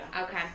Okay